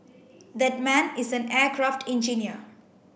that man is an aircraft engineer